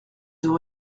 ont